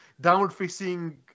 downward-facing